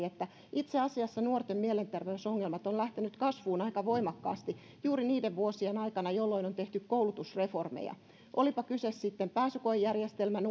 että itse asiassa nuorten mielenterveysongelmat ovat lähteneet kasvuun aika voimakkaasti juuri niiden vuosien aikana jolloin on tehty koulutusreformeja olipa kyse sitten pääsykoejärjestelmän